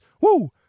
Woo